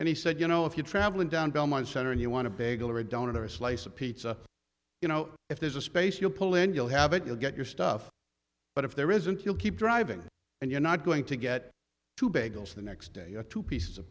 and he said you know if you're traveling down belmont center and you want to beggary don't have a slice of pizza you know if there's a space you'll pull in you'll have it you'll get your stuff but if there isn't you'll keep driving and you're not going to get to bagels the next day or two pieces of